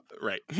Right